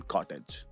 Cottage